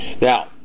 Now